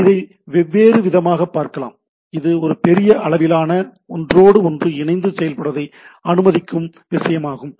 எனவே இதை வெவ்வேறு விதமாக பார்க்கலாம் இது ஒரு பெரிய அளவிலான ஒன்றோடு ஒன்று இணந்து செயல்படுவதை அனுமதிக்கும் விஷயமாகும்